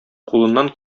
кулыннан